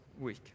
week